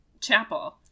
chapel